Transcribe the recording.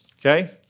Okay